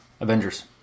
Avengers